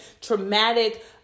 traumatic